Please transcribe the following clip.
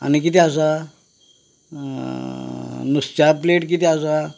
आनी कितें आसा नुस्त्या प्लेटींत कितें आसा